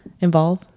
involve